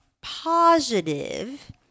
positive